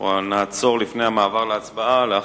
ראשית נצביע.